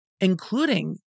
including